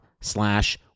slash